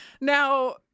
Now